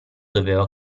doveva